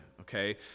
okay